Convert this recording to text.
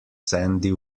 sandy